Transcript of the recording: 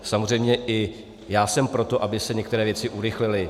Samozřejmě i já jsem pro to, aby se některé věci urychlily.